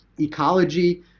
ecology